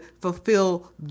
fulfill